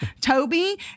Toby